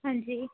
ਹਾਂਜੀ